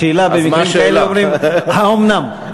השאלה במקרים כאלה: האומנם?